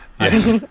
Yes